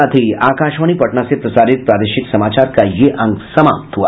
इसके साथ ही आकाशवाणी पटना से प्रसारित प्रादेशिक समाचार का ये अंक समाप्त हुआ